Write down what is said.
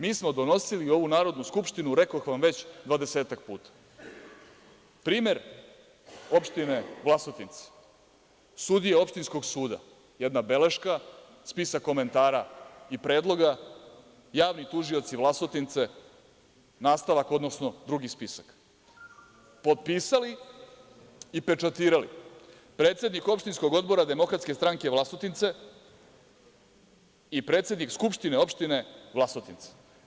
Mi smo donosili u ovu Narodnu skupštinu, rekoh vam već, dvadesetak puta primer Opštine Vlasotince, sudije opštinskog suda, jedna beleška, spisak komentara i predloga, javni tužioci Vlasotince, nastavak, odnosno drugi spisak, potpisali i pečatirali predsednik opštinskog odbora DS Vlasotince i predsednik Skupštine opštine Vlasotince.